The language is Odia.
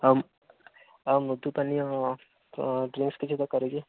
ଆଉ ଆଉ ମୃଦୁ ପାନୀୟ ଡ୍ରିଂକ୍ସ କିଛି ଦରକାର କି